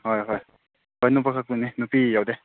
ꯍꯣꯏ ꯍꯣꯏ ꯍꯣꯏ ꯅꯨꯄꯥ ꯈꯛꯇꯅꯦ ꯅꯨꯄꯤ ꯌꯥꯎꯗꯦ